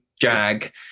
jag